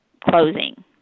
closing